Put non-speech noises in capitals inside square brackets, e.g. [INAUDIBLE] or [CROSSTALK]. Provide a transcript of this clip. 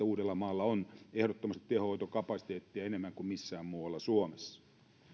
[UNINTELLIGIBLE] uudellamaalla on tehohoitokapasiteettia ehdottomasti enemmän kuin missään muualla suomessa